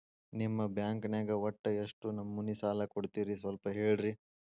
ನಿಮ್ಮ ಬ್ಯಾಂಕ್ ನ್ಯಾಗ ಒಟ್ಟ ಎಷ್ಟು ನಮೂನಿ ಸಾಲ ಕೊಡ್ತೇರಿ ಸ್ವಲ್ಪ ಹೇಳ್ರಿ